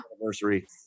anniversary